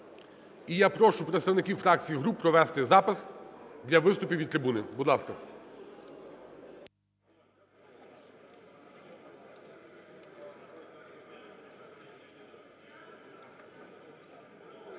І я прошу представників фракцій і груп провести запис для виступів від трибуни. Будь ласка.